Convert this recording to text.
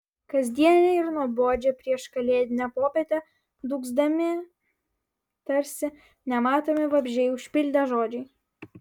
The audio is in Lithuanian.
kasdienę ir nuobodžią prieškalėdinę popietę dūgzdami tarsi nematomi vabzdžiai užpildė žodžiai